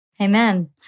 Amen